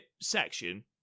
section